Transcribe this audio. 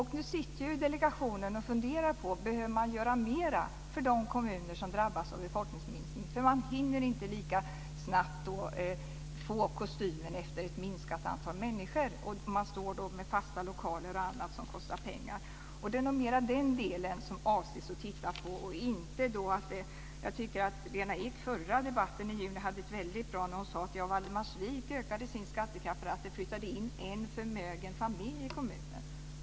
Nu sitter en delegation och funderar på om man behöver göra mera för de kommuner som drabbas av befolkningsminskning. Man hinner inte lika snabbt få kostymen efter ett minskat antal människor. Man står med fasta lokaler och annat som kostar pengar. Det är mera den delen som man avser att titta på. Jag tycker att Lena Ek i förra debatten juni sade någonting väldigt bra när hon sade att Valdemarsvik ökade sin skattekraft därför att det flyttade in en förmögen familj i kommunen.